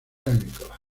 agrícolas